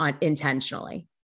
intentionally